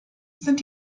sind